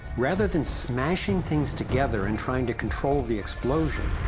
rather than smashing things together and trying to control the explosion,